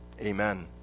Amen